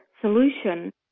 solution